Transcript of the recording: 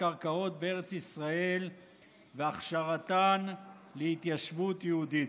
קרקעות בארץ ישראל והכשרתן להתיישבות יהודית.